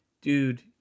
dude